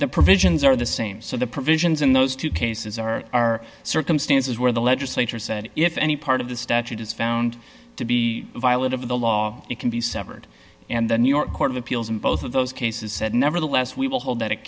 the provisions are the same so the provisions in those two cases are circumstances where the legislature said if any part of the statute is found to be inviolate of the law it can be severed and the new york court of appeals in both of those cases said nevertheless we will hold that it